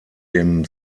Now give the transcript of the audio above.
dem